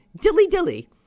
dilly-dilly